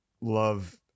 love